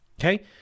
Okay